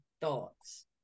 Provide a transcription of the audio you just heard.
thoughts